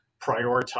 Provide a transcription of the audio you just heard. prioritize